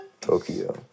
Tokyo